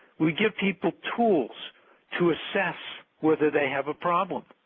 we give people tools to assess whether they have a problem.